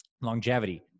longevity